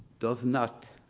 does not